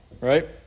right